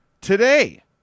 today